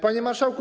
Panie Marszałku!